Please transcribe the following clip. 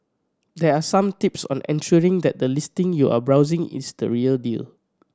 there are some tips on ensuring that the listing you are browsing is the real deal